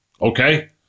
okay